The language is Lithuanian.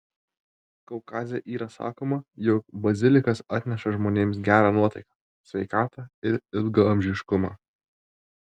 kaukaze yra sakoma jog bazilikas atneša žmonėms gerą nuotaiką sveikatą ir ilgaamžiškumą